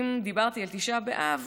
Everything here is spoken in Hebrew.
אם דיברתי על תשעה באב,